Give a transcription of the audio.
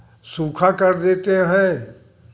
सूखा कर देते हैं